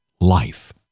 life